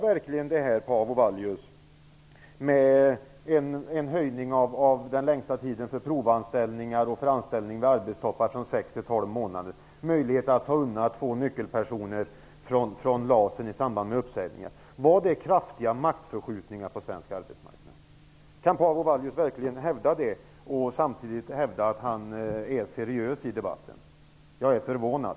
Att man höjde längsta tiden från sex till tolv månader för provanställningar och anställningar vid arbetstoppar med möjlighet att undanta två nyckelpersoner från LAS i samband med uppsägningar, innebar det kraftiga maktförskjutningar på svensk arbetsmarknad? Kan Paavo Vallius verkligen hävda det samtidigt som han hävdar att han är seriös i debatten? Jag är förvånad.